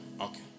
Okay